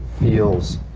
feels